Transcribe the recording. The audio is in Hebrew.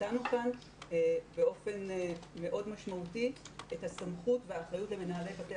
נתנו כאן באופן מאוד משמעותי את הסמכות והאחריות למנהלי בתי